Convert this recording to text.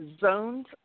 Zones